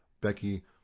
Becky